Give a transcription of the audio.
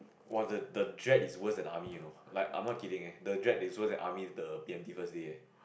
!wah! the the dread is worse than army you know like I'm not kidding eh the dread is worse than army the B_M_T first day eh